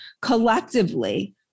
collectively